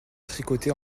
tricoter